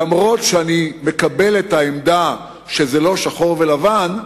למרות שאני מקבל את העמדה שזה לא שחור ולבן,